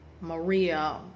maria